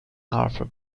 arthur